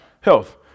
Health